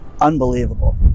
unbelievable